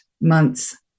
month's